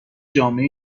جامعه